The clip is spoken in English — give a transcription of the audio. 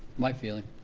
my feeling.